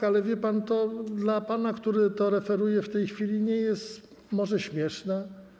Tak, ale wie pan, to dla pana, który to referuje w tej chwili, nie jest może śmieszne.